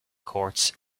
courts